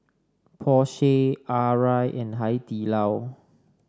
Porsche Arai and Hai Di Lao